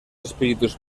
espíritus